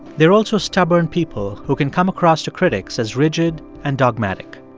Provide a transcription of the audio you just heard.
they're also stubborn people who can come across to critics as rigid and dogmatic.